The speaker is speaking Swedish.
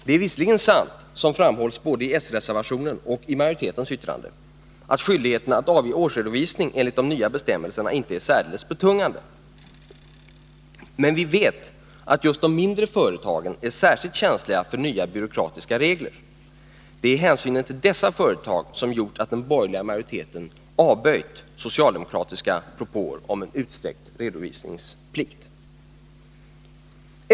Det är visserligen sant, som framhålls både i S-reservationen och i majoritetens yttrande, att skyldigheten att avge årsredovisning enligt de nya bestämmelserna inte är särdeles betungande. Men vi vet att just de mindre företagen är särskilt känsliga för nya byråkratiska regler. Det är hänsynen till dessa företag som gjort att den borgerliga majoriteten avböjt socialdemokratiska propåer om en utsträckt redovisningsplikt.